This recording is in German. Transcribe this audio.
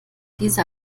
diese